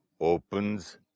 opens